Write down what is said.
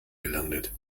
gelandet